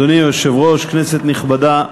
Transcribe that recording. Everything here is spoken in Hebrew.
אדוני היושב-ראש, כנסת נכבדה,